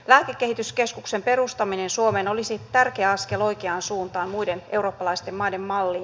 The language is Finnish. lääkekehityskeskuksen perustaminen suomeen olisi tärkeä askel oikeaan suuntaan muiden eurooppalaisten maiden malliin